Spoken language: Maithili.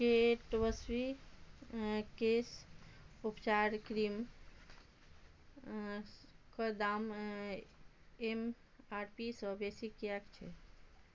गेट्सबी केश उपचार क्रीमके दाम एम आर पी सँ बेसी किएक छै